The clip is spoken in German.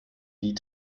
die